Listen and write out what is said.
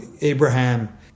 abraham